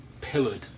pillared